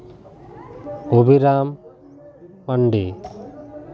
Kaliram Mandi